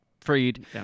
Freed